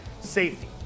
safety